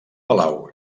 palau